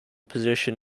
position